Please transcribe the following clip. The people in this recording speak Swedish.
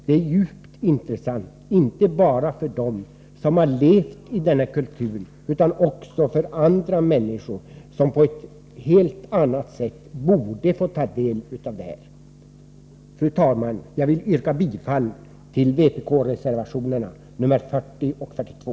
Det är djupt intressant inte bara för dem som har levat i denna kultur utan också för andra människor, som på ett helt annat sätt än de hittills kunnat göra borde få ta del av detta material. Fru talman! Jag vill yrka bifall till vpk:s reservationer 40 och 42.